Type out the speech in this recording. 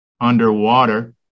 underwater